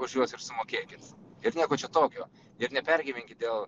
už juos ir sumokėkit ir nieko čia tokio ir nepergyvenkit dėl